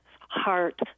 heart